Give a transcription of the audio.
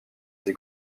été